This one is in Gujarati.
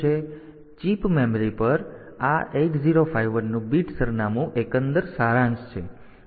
તેથી ચિપ મેમરી પર આ 8051 નું બીટ સરનામું એકંદર સારાંશ છે